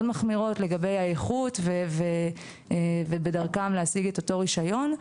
מחמירות לגבי האיכות ובדרכם להשיג את אותו רישיון,